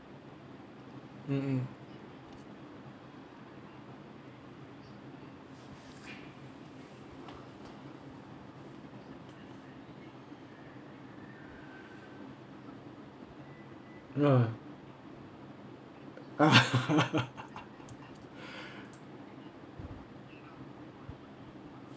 mm mm ya